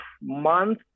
month